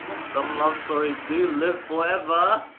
some love stories do live forever.